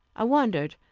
i wondered,